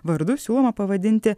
vardu siūloma pavadinti